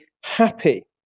happy